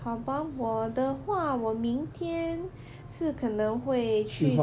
好吧我的话我明天是可能会去